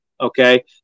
Okay